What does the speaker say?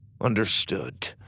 Understood